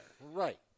right